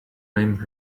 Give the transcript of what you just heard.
name